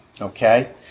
okay